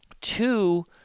Two